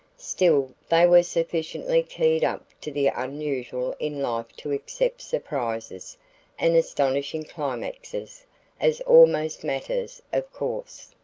still they were sufficiently keyed up to the unusual in life to accept surprises and astonishing climaxes as almost matters of course.